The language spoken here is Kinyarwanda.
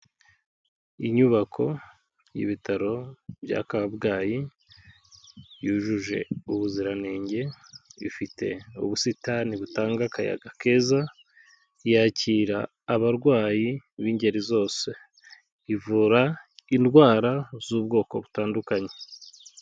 Inyubako y'ibitaro bya Kabgayi yujuje ubuziranenge, ifite ubusitani butanga akayaga keza, yakira abarwayi b'ingeri zose, ivura indwara z'ubwoko butandukanye.